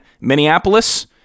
Minneapolis